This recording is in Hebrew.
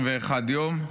מלחמה.